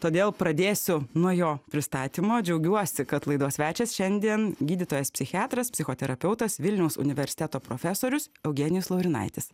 todėl pradėsiu nuo jo pristatymo džiaugiuosi kad laidos svečias šiandien gydytojas psichiatras psichoterapeutas vilniaus universiteto profesorius eugenijus laurinaitis